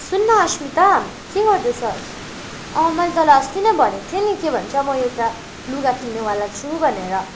सुन न अस्मिता के गर्दैछस् अँ मैले तँलाई अस्ति नै भनेको थिएँ नि के भन्छ म एउटा लुगा किन्नेवाला छु भनेर